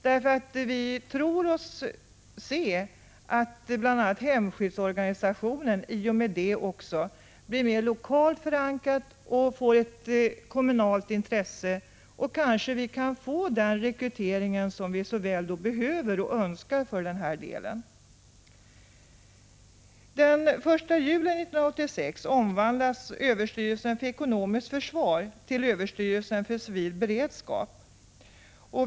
Vi tror oss nämligen kunna se att bl.a. hemskyddsorganisationen genom detta blir mer lokalt förankrad och får ett kommunalt intresse. Vi kanske då kan få den rekrytering som vi så väl behöver och önskar. Den 1 juli 1986 omvandlas överstyrelsen för ekonomiskt försvar till överstyrelsen för civil beredskap.